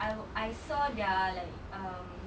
I will I saw their like um